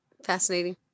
Fascinating